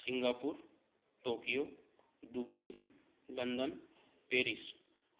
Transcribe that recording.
Singapore Tokyo Dubai London Paris